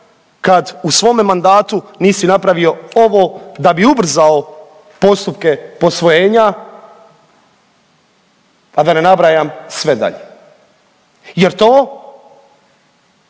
kad u svome mandatu nisi napravio ovo da bi ubrzao postupke posvojenja, a da ne nabrajam sve dalje jer to